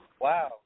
Wow